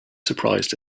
surprised